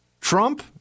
Trump